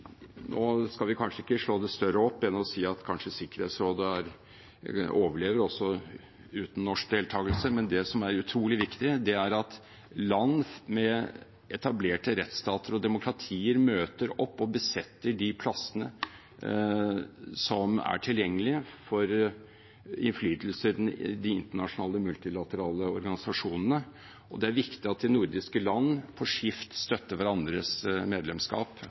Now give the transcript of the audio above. Nå skal vi ikke slå det større opp enn å si at Sikkerhetsrådet kanskje også overlever uten norsk deltakelse, men det som er utrolig viktig, er at land med etablerte rettsstater og demokratier møter opp og besetter de plassene som er tilgjengelige for innflytelse i de internasjonale, multilaterale organisasjonene. Og det er viktig at de nordiske land på skift støtter hverandres medlemskap